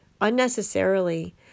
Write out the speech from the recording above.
unnecessarily